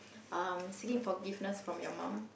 um seeking forgiveness from you mum